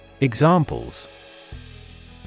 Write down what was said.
Examples